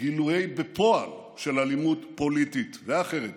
גילויים בפועל של אלימות פוליטית ואחרת